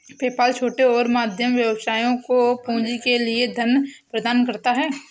PayPal छोटे और मध्यम व्यवसायों को पूंजी के लिए धन प्रदान करता है